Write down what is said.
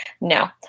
No